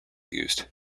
used